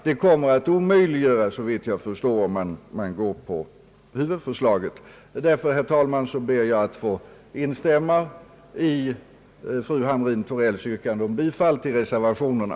Det torde däremot bli omöjligt om man följer utskottets förslag. Därför ber jag, herr talman, få instämma 'i fru Hamrin-Thorells yrkande om bifall till reservationerna.